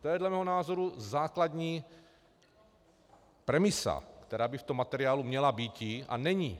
To je dle mého názoru základní premisa, která by v tom materiálu měla býti a není.